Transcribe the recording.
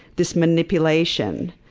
this manipulation.